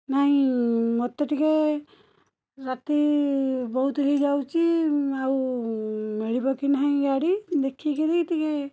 ନାହିଁ ମୋତେ ଟିକେ ରାତି ବହୁତ ହେଇଯାଉଛି ଆଉ ମିଳିବ କି ନାହିଁ ଗାଡ଼ି ଦେଖିକିରି ଟିକେ